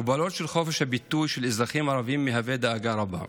הגבלת חופש הביטוי של אזרחים ערבים מהווה דאגה רבה,